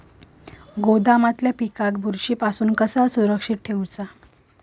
गोदामातल्या पिकाक बुरशी पासून कसा सुरक्षित ठेऊचा?